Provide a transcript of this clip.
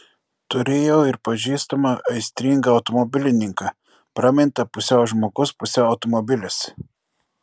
turėjau ir pažįstamą aistringą automobilininką pramintą pusiau žmogus pusiau automobilis